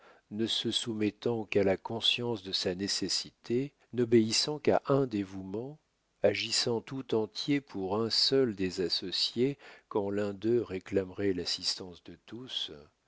ne se soumettant qu'à la conscience de sa nécessité n'obéissant qu'à un dévouement agissant tout entier pour un seul des associés quand l'un d'eux réclamerait l'assistance de tous